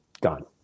gone